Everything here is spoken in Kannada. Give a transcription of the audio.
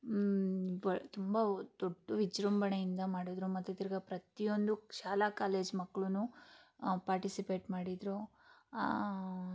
ತುಂಬ ದೊಡ್ಡ ವಿಜೃಂಭಣೆಯಿಂದ ಮಾಡಿದ್ರು ಮತ್ತು ತಿರ್ಗಿ ಪ್ರತಿಯೊಂದು ಶಾಲಾ ಕಾಲೇಜ್ ಮಕ್ಳೂನೂ ಪಾಟಿಸಿಪೇಟ್ ಮಾಡಿದರು